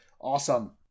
awesome